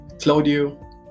Claudio